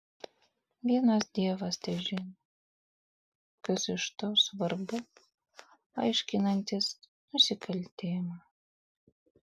vienas dievas težino kas iš to svarbu aiškinantis nusikaltimą